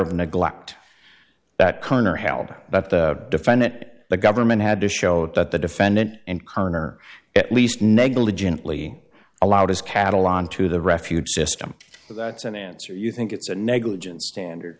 of neglect that connor held that the defendant the government had to show that the defendant in karner at least negligently allowed his cattle onto the refuge system that's an answer you think it's a negligent standard